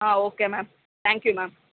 okay ma'am thank you ma'am